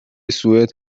سوئد